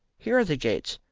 here are the gates.